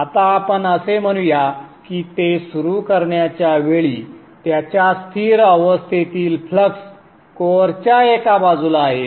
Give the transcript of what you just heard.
आता आपण असे म्हणू या की ते सुरू करण्याच्या वेळी त्याच्या स्थिर अवस्थेतील फ्लक्स कोअरच्या एका बाजूला आहे